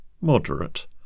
Moderate